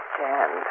stand